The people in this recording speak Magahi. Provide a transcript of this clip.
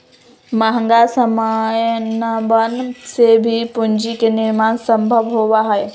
महंगा समनवन से भी पूंजी के निर्माण सम्भव होबा हई